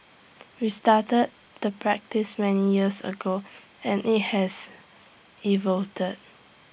we started the practice many years ago and IT has evolved